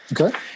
Okay